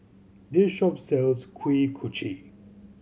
this shop sells Kuih Kochi